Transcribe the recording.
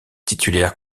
titulaire